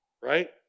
right